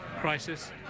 crisis